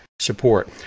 support